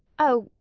oh!